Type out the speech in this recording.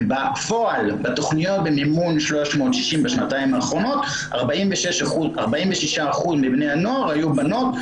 בתכניות במימון ה-360 בשנתיים האחרונות 46% מבני הנוער היו בנות.